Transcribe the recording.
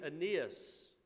Aeneas